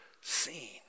seen